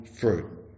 fruit